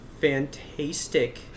fantastic